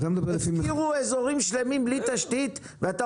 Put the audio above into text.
הפקירו אזורים שלמים בלי תשתית ואתה